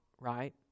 right